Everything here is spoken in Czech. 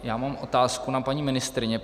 Já mám otázku na paní ministryni.